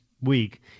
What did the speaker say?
week